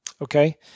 okay